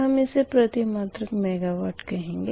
हम इसे प्रतिमात्रक मेगावाट कहेंगे